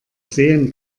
sehen